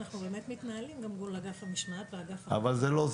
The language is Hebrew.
אנחנו באמת מתנהלים גם מול אגף המשמעת ואגף --- אבל זה לא זז.